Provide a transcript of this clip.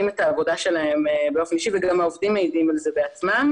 את העבודה שלהם באופן אישי וגם העובדים מעידים על זה בעצמם.